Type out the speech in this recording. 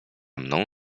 mną